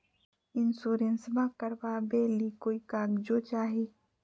इंसोरेंसबा करबा बे ली कोई कागजों चाही?